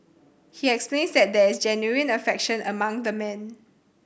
he explains that there is genuine affection among the men